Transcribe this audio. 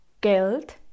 Geld